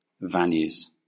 values